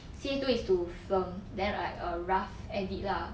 C_A two is to film then like a rough edit lah